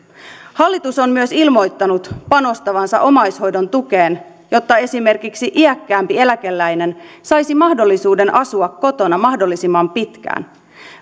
hallitus on myös ilmoittanut panostavansa omaishoidon tukeen jotta esimerkiksi iäkkäämpi eläkeläinen saisi mahdollisuuden asua kotona mahdollisimman pitkään